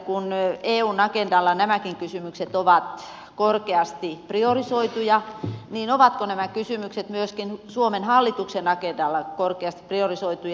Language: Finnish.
kun eun agendalla nämäkin kysymykset ovat korkeasti priorisoituja niin ovatko nämä kysymykset myöskin suomen hallituksen agendalla korkeasti priorisoituja